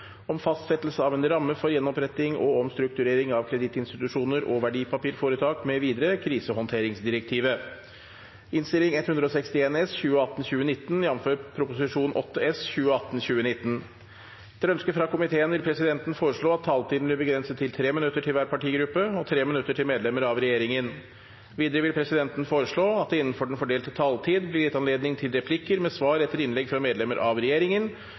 om ordet til sak nr. 2. Etter ønske fra finanskomiteen vil presidenten foreslå at taletiden blir begrenset til 5 minutter til hver partigruppe og 5 minutter til medlemmer av regjeringen. Videre vil presidenten foreslå at det – innenfor den fordelte taletid – blir gitt anledning til replikker med svar etter innlegg fra medlemmer av regjeringen,